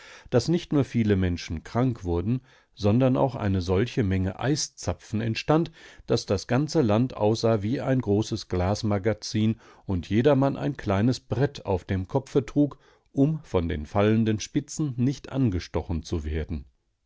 daß nicht nur viele menschen krank wurden sondern auch eine solche menge eiszapfen entstand daß das ganze land aussah wie ein großes glasmagazin und jedermann ein kleines brett auf dem kopfe trug um von den fallenden spitzen nicht angestochen zu werden